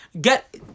get